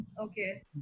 Okay